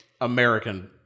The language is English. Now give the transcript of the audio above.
American